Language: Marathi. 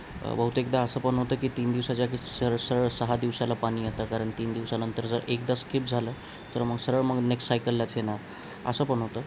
बहुतेकदा असं पण होतं की तीन दिवसाच्या सर सरळ सहा दिवसाला पाणी येतं कारण तीन दिवसानंतर जर एकदा स्कीप झालं तर मग सरळ मग नेक्स्ट सायकललाच येणार असं पण होतं